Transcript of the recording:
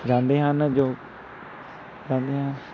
ਜਾਂਦੇ ਹਨ ਜੋ ਜਾਂਦੇ ਹਨ